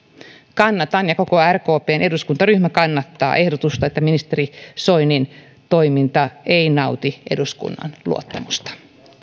kannatan ja koko rkpn eduskuntaryhmä kannattaa ehdotusta että ministeri soinin toiminta ei nauti eduskunnan luottamusta